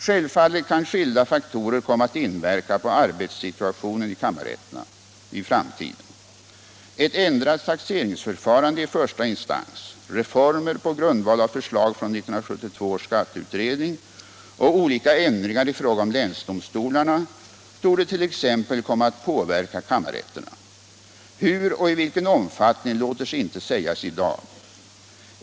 Självfallet kan skilda faktorer komma att inverka på arbetssituationen i kammarrätterna i framtiden. Ett ändrat taxeringsförfarande i första instans, reformer på grundval av förslag från 1972 års skatteutredning och olika ändringar i fråga om länsdomstolarna torde t.ex. komma att påverka kammarrätterna. Hur och i vilken omfattning låter sig inte sägas i dag.